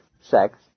sex